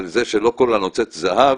על זה שלא כל הנוצץ זהב